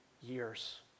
years